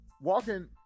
walking